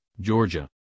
georgia